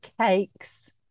cakes